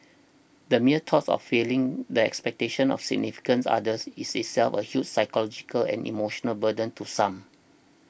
the mere thoughts of failing the expectations of significant others is itself a huge psychological and emotional burden to some